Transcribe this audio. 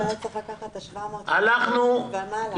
אנחנו